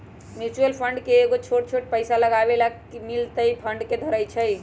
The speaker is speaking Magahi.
म्यूचुअल फंड में कयगो छोट छोट पइसा लगाबे बला मिल कऽ फंड के धरइ छइ